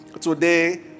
today